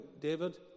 David